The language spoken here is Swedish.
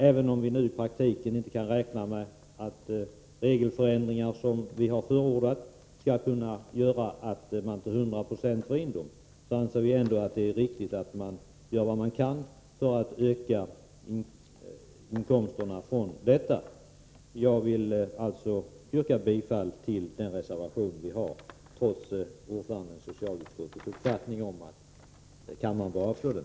Även om vi i praktiken inte kan räkna med att de regler som förordas av oss kan göra att vi till 100 96 får in pengarna, anser vi ändå att det är riktigt att göra vad vi kan för att öka inkomsterna från de förskotterade underhållsbidragen. Jag vill alltså yrka bifall till den reservation som vi har avgett, trots socialutskottets ordförandes uppfattning att kammaren bör avslå den.